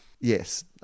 yes